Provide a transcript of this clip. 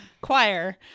choir